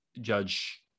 judge